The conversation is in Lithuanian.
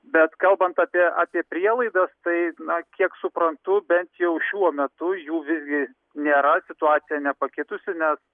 bet kalbant apie apie prielaidas tai na kiek suprantu bet jau šiuo metu jų visgi nėra situacija nepakitusi nes